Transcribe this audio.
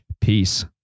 Peace